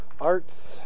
Arts